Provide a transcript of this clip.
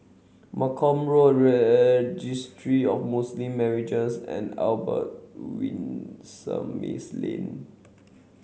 Malcolm Road Registry of Muslim Marriages and Albert Winsemius Lane